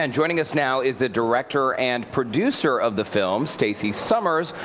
and joining us now is the director and producer of the film, stacy summers,